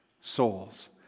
souls